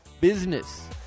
Business